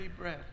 bread